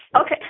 Okay